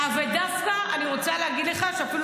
אבל דווקא אני רוצה להגיד לך שאפילו